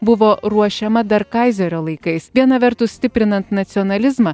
buvo ruošiama dar kaizerio laikais viena vertus stiprinant nacionalizmą